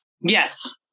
Yes